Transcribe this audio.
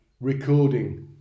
recording